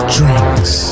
Drinks